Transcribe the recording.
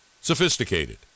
sophisticated